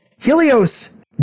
Helios